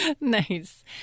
Nice